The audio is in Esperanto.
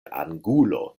angulo